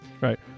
right